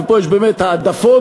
ופה יש באמת העדפונת,